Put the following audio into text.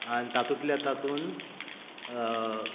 आनी तातूंतल्या तातूंत